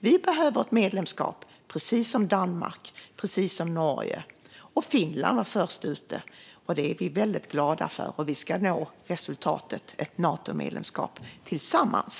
Vi behöver ett medlemskap, precis som Danmark och Norge. Finland var först ut, och det är vi väldigt glada för. Vi ska nå resultatet - ett Natomedlemskap - tillsammans.